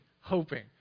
hoping